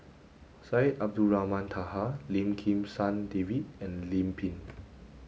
Syed Abdulrahman Taha Lim Kim San David and Lim Pin